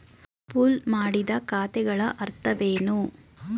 Pool ಮಾಡಿದ ಖಾತೆಗಳ ಅರ್ಥವೇನು?